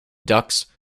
ducks